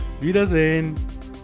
Wiedersehen